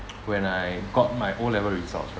when I got my O level results right